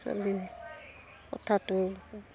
চলিয়ে কথাটো